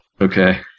Okay